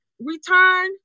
return